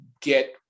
get